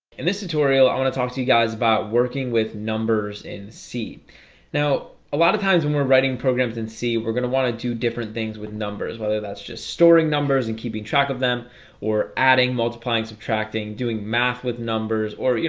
in this tutorial i want to talk to you guys about working with numbers and see now a lot of times when we're writing programs in c we're gonna want to do different things with numbers whether that's just storing numbers and keeping track of them or adding multiplying subtracting doing math with numbers or you